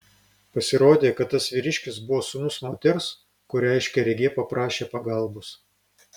pasirodė kad tas vyriškis buvo sūnus moters kurią aiškiaregė paprašė pagalbos